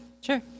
Sure